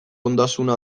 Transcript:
ondasuna